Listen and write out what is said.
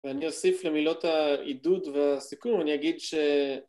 ‫ואני אוסיף למילות העידוד והסיכום, ‫אני אגיד ש...